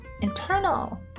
internal